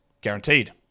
Guaranteed